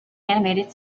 animated